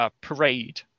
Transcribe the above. parade